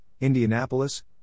Indianapolis